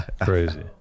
Crazy